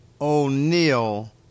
O'Neill